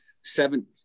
seven